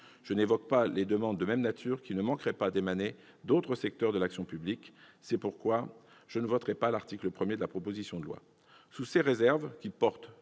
: j'imagine déjà les demandes de même nature qui ne manqueraient pas d'émaner d'autres secteurs de l'action publique ! C'est pourquoi je ne voterai pas l'article 1 de la proposition de loi organique. Sous ces réserves, qui portent